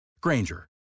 Granger